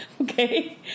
Okay